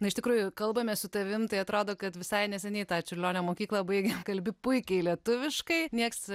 na iš tikrųjų kalbame su tavim tai atrodo kad visai neseniai tą čiurlionio mokyklą baigėm kalbi puikiai lietuviškai nieks